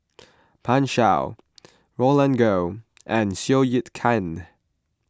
Pan Shou Roland Goh and Seow Yit Kin